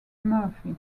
murphy